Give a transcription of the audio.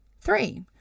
Three